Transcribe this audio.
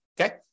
okay